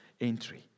entry